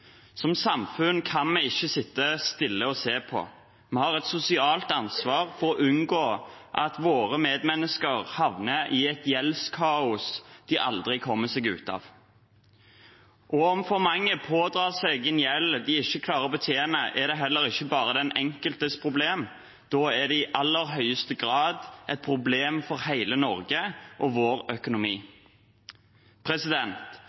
Som samfunn kan vi ikke sitte stille og se på. Vi har et sosialt ansvar for å unngå at våre medmennesker havner i et gjeldskaos de aldri kommer seg ut av. Om for mange pådrar seg en gjeld de ikke klarer å betjene, er det heller ikke bare den enkeltes problem. Da er det i aller høyeste grad et problem for hele Norge og vår økonomi.